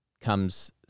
comes